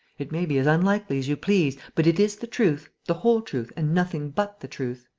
it may be as unlikely as you please, but it is the truth, the whole truth and nothing but the truth.